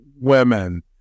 women